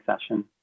session